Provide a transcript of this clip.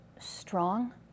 strong